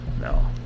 No